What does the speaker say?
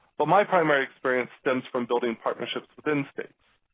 but my primary experience stems from building partnerships within states,